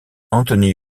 anthony